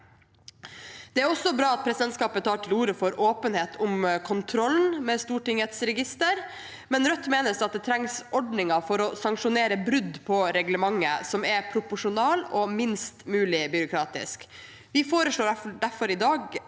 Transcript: Det er også bra at presidentskapet tar til orde for åpenhet om kontrollen med Stortingets register, men Rødt mener at det trengs ordninger for å sanksjonere brudd på reglementet som er proporsjonale og minst mulig byråkratiske. Vi foreslår derfor i dag